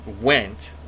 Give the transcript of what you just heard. went